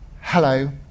Hello